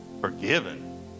forgiven